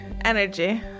energy